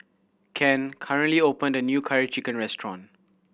can Ken recently opened a new Curry Chicken restaurant